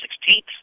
sixteenth